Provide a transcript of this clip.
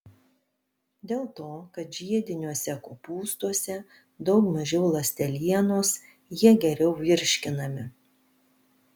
dėl to kad žiediniuose kopūstuose daug mažiau ląstelienos jie geriau virškinami